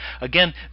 Again